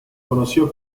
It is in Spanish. conoció